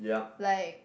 like